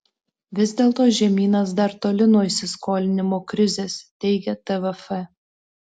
vis dėlto žemynas dar toli nuo įsiskolinimo krizės teigia tvf